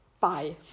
Bye